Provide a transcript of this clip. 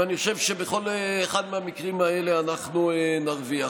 ואני חושב שבכל אחד מהמקרים האלה אנחנו נרוויח.